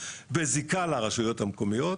בזיקה לרשויות המקומיות,